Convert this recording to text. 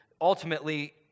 ultimately